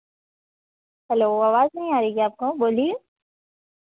hello आवाज नहीं आ रही क्या आपको बोलिए